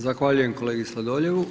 Zahvaljujem kolegi Sladoljevu.